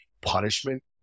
punishment